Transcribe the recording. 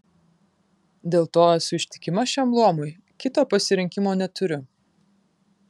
dėl to esu ištikima šiam luomui kito pasirinkimo neturiu